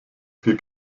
für